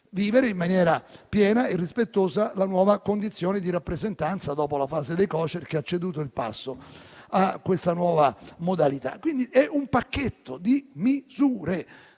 vivere in maniera piena e rispettosa la nuova condizione di rappresentanza dopo la fase dei Cocer che ha ceduto il passo a questa nuova modalità. Si tratta, quindi, di un pacchetto di misure.